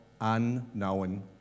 unknown